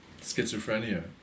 schizophrenia